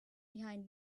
behind